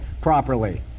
properly